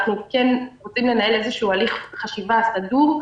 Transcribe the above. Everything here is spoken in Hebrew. אנחנו כן רוצים לנהל איזשהו הליך חשיבה סגור,